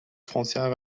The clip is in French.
frontière